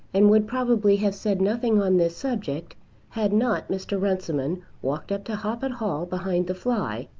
and would probably have said nothing on this subject had not mr. runciman walked up to hoppet hall behind the fly,